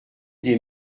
des